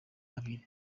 abiri